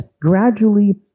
gradually